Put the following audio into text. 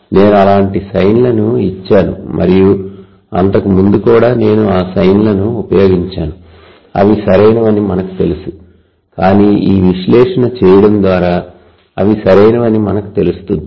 నేను అలాంటి సైన్ లను ఇచ్చాను మరియు అంతకు ముందు కూడా నేను ఆ సైన్ లను ఉపయోగించాను అవి సరైనవని మనకు తెలుసు కానీ ఈ విశ్లేషన చేయడం ద్వారా అవి సరైనవని మనకు తెలుస్తుంది